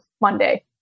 Monday